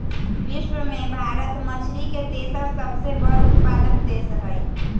विश्व में भारत मछरी के तेसर सबसे बड़ उत्पादक देश हई